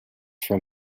from